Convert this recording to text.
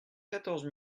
quatorze